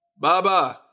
Bye-bye